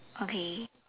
okay